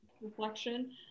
reflection